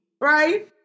right